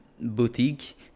boutique